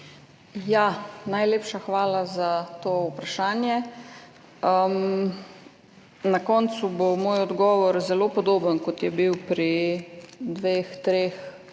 Najlepša hvala za to vprašanje. Na koncu bo moj odgovor zelo podoben, kot je bil pri dveh, treh